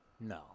No